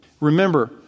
Remember